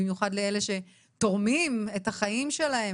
במיוחד לאלה שתורמים את החיים שלהם,